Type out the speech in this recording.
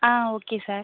ah okay sir